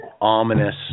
ominous